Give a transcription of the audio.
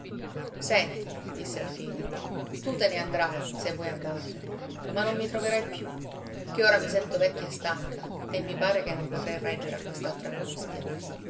senti disse alfine tu te ne andrai se vuoi andartene ma non mi troverai più ché ora mi sento vecchia e stanca e mi pare che non potrei reggere a quest'altra angustia